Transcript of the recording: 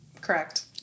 Correct